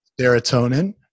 serotonin